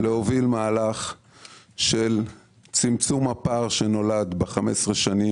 להוביל מהלך של צמצום הפער שנולד ב-15 שנים,